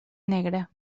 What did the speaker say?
negre